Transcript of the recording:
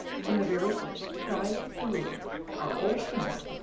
from the very first, apprise the reader our old friend,